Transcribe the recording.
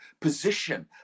position